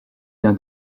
d’un